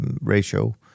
ratio